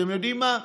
אתם יודעים מה,